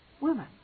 women